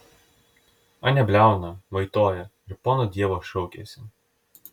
anie bliauna vaitoja ir pono dievo šaukiasi